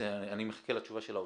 אני מחכה לתשובה של האוצר.